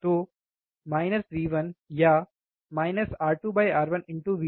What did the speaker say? तो V1 या R2 R1 V1